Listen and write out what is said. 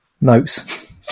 notes